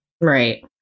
Right